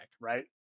right